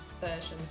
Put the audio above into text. versions